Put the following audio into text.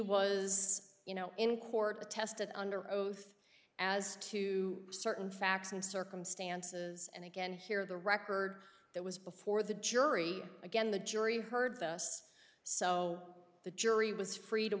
was you know in court to testify under oath as to certain facts and circumstances and again here the record that was before the jury again the jury heard us so the jury was free to